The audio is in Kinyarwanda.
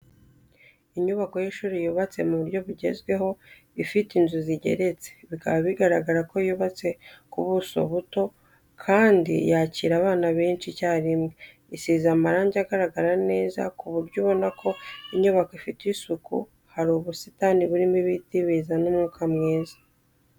Inyubako y'ishuri yubatse mu buryo bugezweho ifite inzu zigeretse, bikaba bigaragara ko yubatse ku buso buto, kandi yakira abana benshi icyarimwe. Isize amarange agaragara neza ku buryo ubona ko inyubako ifite isuku, hari ubusitani burimo ibiti bizana umwuka mwiza.